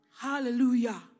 Hallelujah